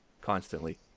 constantly